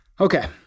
Okay